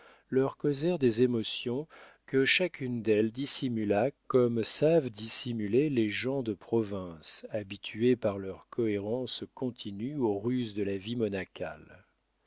leur causèrent des émotions que chacune d'elles dissimula comme savent dissimuler les gens de province habitués par leur cohérence continue aux ruses de la vie monacale